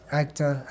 actor